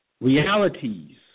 realities